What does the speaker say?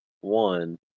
one